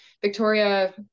Victoria